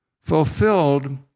fulfilled